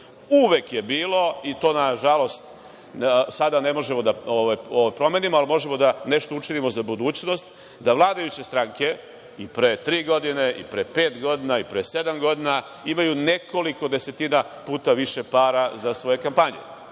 Uvek je bilo, i to nažalost ne možemo sada da promenimo, ali možemo da nešto učinimo za budućnost, da vladajuće stranke, i pre tri godine, i pre pet godina, i pre sedam godina, imaju nekoliko desetina puta više para za svoje kampanje.